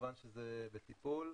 כמובן שזה בטיפול.